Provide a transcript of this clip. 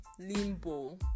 limbo